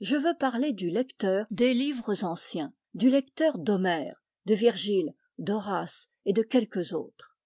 je veux parler du lecteur des livres anciens du lecteur d'homère de virgile d'horace et de quelques autres